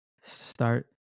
Start